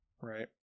Right